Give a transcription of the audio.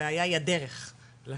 הבעיה היא הדרך ללכת לשם.